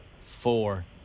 Four